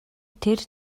тэр